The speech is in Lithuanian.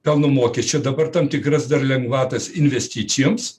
pelno mokesčio dabar tam tikras dar lengvatas investicijoms